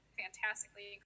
fantastically